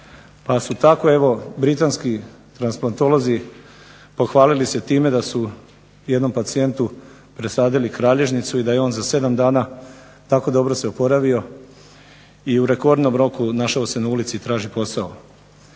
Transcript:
pa su tako evo britanski transplantolozi pohvalili se time da su jednom pacijentu presadili kralježnicu i da je on za 7 dana tako dobro se oporavio i u rekordnom roku našao se na ulici i traži posao.